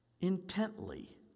intently